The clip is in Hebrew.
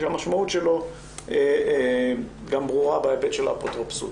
כשהמשמעות שלו גם ברורה בהיבט של האפוטרופסות.